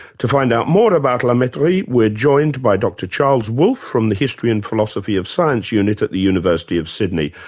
to find out more about la mettrie, we're joined by dr charles wolfe from the history and philosophy of science unit at the university of sydney.